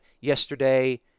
yesterday